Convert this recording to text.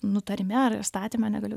nutarime ar įstatyme negaliu